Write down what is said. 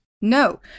No